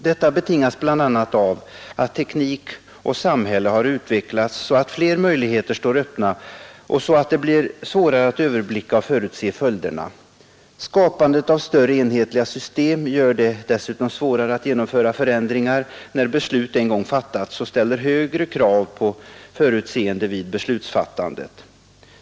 Detta betingas bl.a. av att teknik och samhälle har utvecklats så att flera möjligheter står öppna och så att det blir svårare att överblicka och förutse följderna. Skapandet av större enhetliga system gör det dessutom svårare att genomföra förändringar när beslut en gång fattats och ställer högre krav på förutseende vid beslutsfattandet.